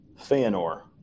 Feanor